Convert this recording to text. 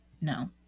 No